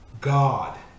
God